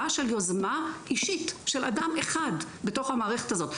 של יוזמה אישית של אדם אחד בתוך המערכת הזאת.